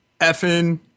effing